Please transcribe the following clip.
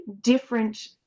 different